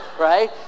right